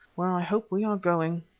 where i hope we are going.